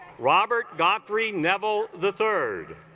robert got three neville the third